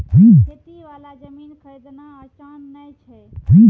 खेती वाला जमीन खरीदना आसान नय छै